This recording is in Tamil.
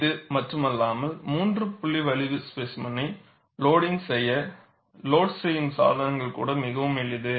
இது மட்டுமல்லாமல் மூன்று புள்ளி வளைவு ஸ்பேசிமெனை லோடிங்க் செய்ய லோட் செய்யும் சாதனங்கள் கூட மிகவும் எளிது